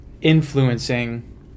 influencing